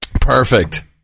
Perfect